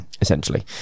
essentially